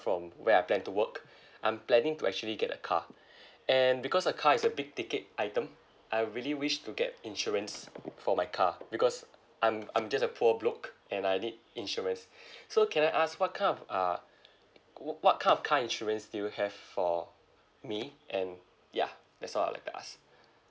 from where I plan to work I'm planning to actually get a car and because a car is a big ticket item I really wish to get insurance for my car because I'm I'm just a poor bloke and I need insurance so can I ask what kind of uh wh~ what kind of car insurance do you have for me and ya that's all I'll like to ask